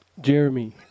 Jeremy